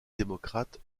démocrate